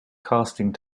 casting